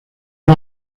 dos